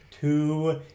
two